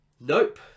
Nope